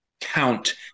count